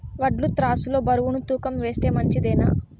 వడ్లు త్రాసు లో బరువును తూకం వేస్తే మంచిదేనా?